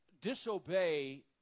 disobey